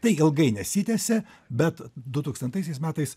tai ilgai nesitęsė bet dutūkstantaisiais metais